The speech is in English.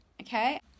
okay